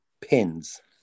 pins